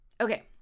Okay